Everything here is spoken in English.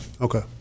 Okay